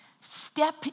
Step